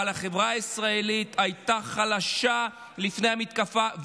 אבל החברה הישראלית הייתה חלשה לפני המתקפה,